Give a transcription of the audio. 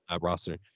roster